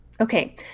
Okay